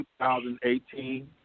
2018